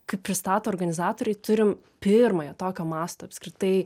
kaip pristato organizatoriai turim pirmąją tokio masto apskritai